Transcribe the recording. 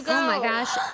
oh my gosh.